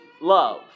love